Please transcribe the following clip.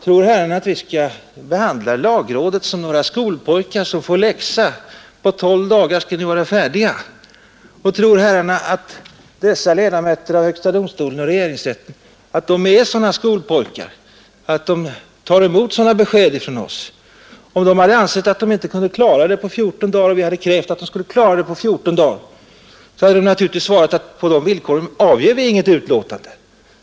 Tror herrarna att vi skulle ha behandlat lagrådet som några skolpojkar som får en läxa och sagt: ”På 12 dagar skall ni vara färdiga”? Tror herrarna att dessa ledamöter av högsta domstolen och regeringsrätten är som skolpojkar, som tar emot sådana besked från oss? Om de hade ansett att de inte skulle kunna klara uppgiften på 14 dagar — och om vi hade krävt att de skulle göra det på 14 dagar — hade svaret naturligtvis blivit att de på sådana villkor inte kunde avge något utlåtande.